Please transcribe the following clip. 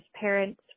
parents